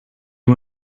you